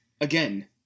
Again